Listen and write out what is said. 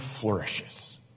flourishes